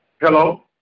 Hello